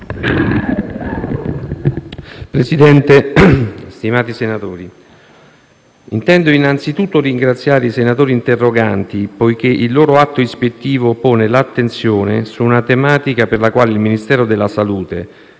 Presidente, onorevoli senatori, intendo innanzitutto ringraziare i senatori interroganti poiché il loro atto ispettivo pone l'attenzione su una tematica sulla quale il Ministero della salute,